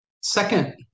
Second